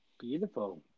Beautiful